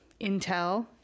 intel